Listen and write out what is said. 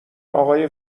آقای